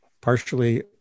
partially